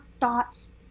thoughts